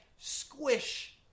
squish